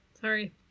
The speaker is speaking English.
Sorry